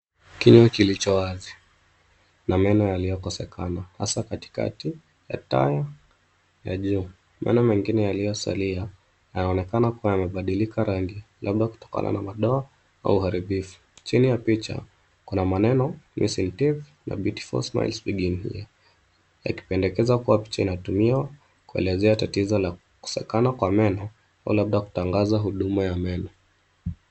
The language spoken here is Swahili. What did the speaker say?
Kinywa kilicho wazi na meno yaliyokosekana hasa katikati ya taya ya juu. Meno mengine yaliyosalia yanaonekana kuwa yamebadilika rangi labda kutokana na madoa au uharibifu. Chini ya picha kuna maneno missing teeth na beautiful smiles begin here yakipendekeza kuwa picha inatumiwa kuelezea tatizo la kukosekana kwa meno au labda kutangaza huduma ya meno.